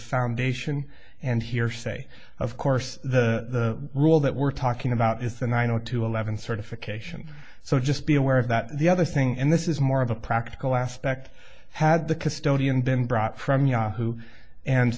foundation and hearsay of course the rule that we're talking about is the nine zero two eleven certification so just be aware of that the other thing and this is more of a practical aspect had the custodian been brought from yahoo and